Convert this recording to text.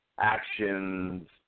actions